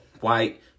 white